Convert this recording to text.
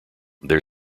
their